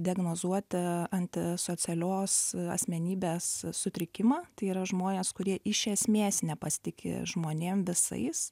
diagnozuoti antisocialios asmenybės sutrikimą tai yra žmonės kurie iš esmės nepasitiki žmonėm visais